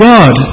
God